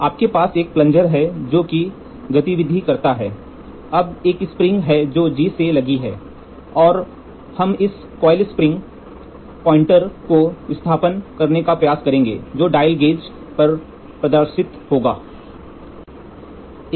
तो आपके पास एक प्लंजर है जो गतिविधि करता है अब एक स्प्रिंग है जो G से लगी है और हम इस कॉइल स्प्रिंग पॉइंटर को विस्थापन करने का प्रयास करेंगे जो डायल गेज पर प्रदर्शित होता है